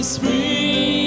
free